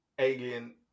alien